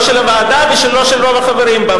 לא של הוועדה ולא של רוב החברים בה.